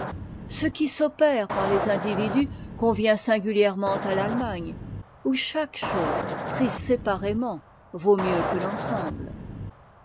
ce qui s'opère par les individus convient singulièrement à l'allemagne où chaque chose prise séparément vaut mieux que l'ensemble